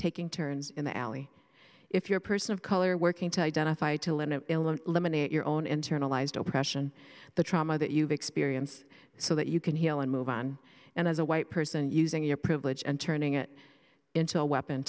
taking turns in the alley if you're a person of color working to identify to limit eliminate your own internalized oppression the trauma that you've experienced so that you can heal and move on and as a white person using your privilege and turning it into a weapon